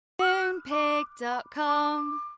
moonpig.com